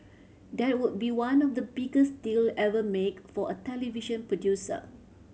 that would be one of the biggest deal ever make for a television producer